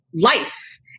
life